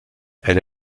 elle